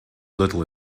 little